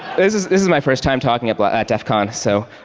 this is this is my first time talking at but at def con. so